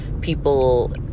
people